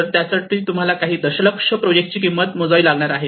तर यासाठी तुम्हाला काही दशलक्ष प्रोजेक्टची किंमत मोजावी लागणार आहे